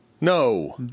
No